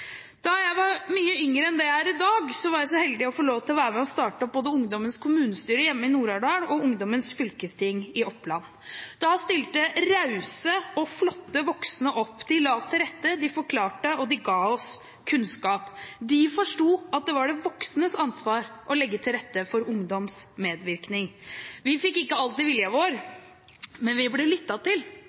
Da jeg var mye yngre enn det jeg er i dag, var jeg så heldig å få lov til å være med og starte opp både ungdommens kommunestyre hjemme i Nord-Aurdal og ungdommens fylkesting i Oppland. Da stilte rause og flotte voksne opp: De la til rette, de forklarte, og de ga oss kunnskap. De forsto at det var de voksnes ansvar å legge til rette for ungdoms medvirkning. Vi fikk ikke alltid viljen vår, men vi ble lyttet til,